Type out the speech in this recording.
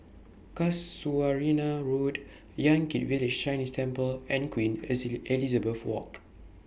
Casuarina Road Yan Kit Village Chinese Temple and Queen Elizabeth Walk